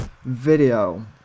Video